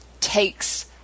takes